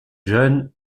jeune